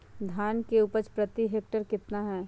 धान की उपज प्रति हेक्टेयर कितना है?